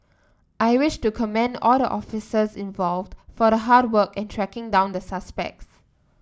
I wish to commend all the officers involved for the hard work in tracking down the suspects